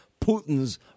Putin's